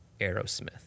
Aerosmith